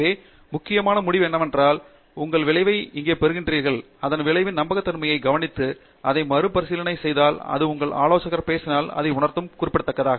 எனவே முக்கியமான முடிவு என்னவென்றால் உங்கள் விளைவை எங்கே பெறுகிறீர்கள் அதன் விளைவின் நம்பகத்தன்மையைக் கவனித்து அதை மறுபரிசீலனை செய்தால் அது உங்கள் ஆலோசகரிடம் பேசினால் அதை உணர்ந்தால் குறிப்பிடத்தக்க